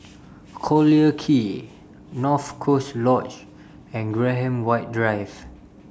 Collyer Quay North Coast Lodge and Graham White Drive